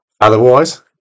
otherwise